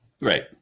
Right